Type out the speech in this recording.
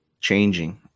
changing